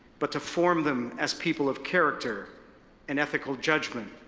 but to form them as people of character and ethical judgment,